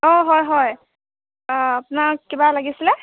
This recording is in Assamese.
অঁ হয় হয় অঁ আপোনাক কিবা লাগিছিলে